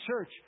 Church